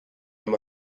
them